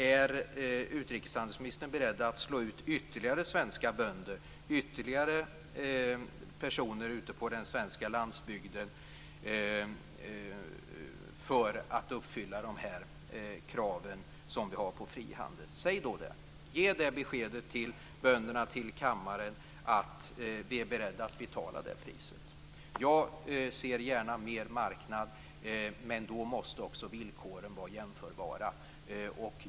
Är utrikeshandelsministern beredd att slå ut ytterligare svenska bönder, ytterligare personer ute på den svenska landsbygden för att uppfylla de krav som vi har på frihandel? Säg då det, ge det beskedet till bönderna och kammaren att ni är beredda är betala det priset! Jag ser gärna mer marknad, men då måste också villkoren vara jämförbara.